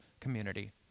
community